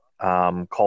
Called